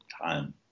time